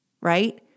right